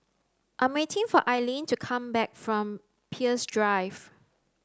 I am waiting for Ailene to come back from Peirce Drive